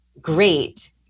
great